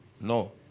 No